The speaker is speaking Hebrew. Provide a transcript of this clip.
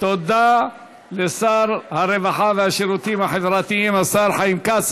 תודה לשר הרווחה והשירותים החברתיים חיים כץ.